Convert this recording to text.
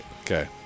Okay